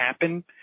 happen